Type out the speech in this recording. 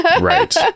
Right